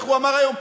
איך הוא אמר היום,